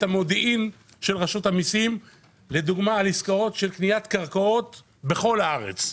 המודיעין של רשות המיסים לדוגמה על עסקאות של קניית קרקעות בכל הארץ,